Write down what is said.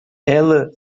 ela